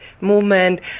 movement